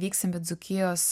vyksim į dzūkijos